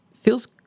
feels